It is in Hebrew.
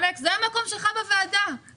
זה המקום שלך בוועדה.